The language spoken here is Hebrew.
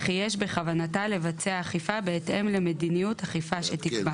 וכי יש בכוונתה לבצע אכיפה בהתאם למדיניות אכיפה שתקבע".